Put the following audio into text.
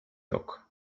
yok